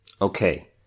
okay